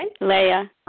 Leah